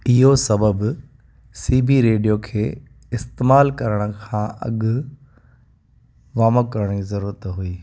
इहो सबबु C B radio खे इस्तेमाल खां अॻु वॉर्म अप करण जी ज़रूरत हुई